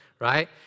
right